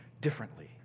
differently